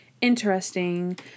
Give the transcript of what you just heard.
Interesting